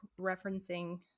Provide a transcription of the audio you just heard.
referencing